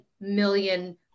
million